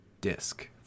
disc